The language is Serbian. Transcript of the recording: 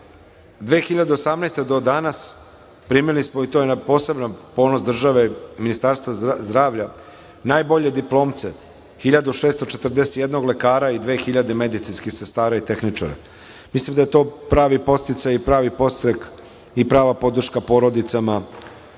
godine do danas primili smo, i to je na poseban ponos države, Ministarstva zdravlja, najbolje diplomce 1641 lekara i dve hiljade medicinskih sestara i tehničara. Mislim da je to pravi podsticaj i pravi podstrek i prava podrška porodicama